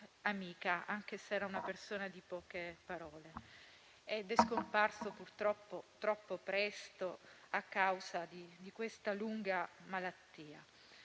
anche se era di poche parole. È scomparso purtroppo troppo presto, a causa di una lunga malattia.